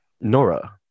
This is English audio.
Nora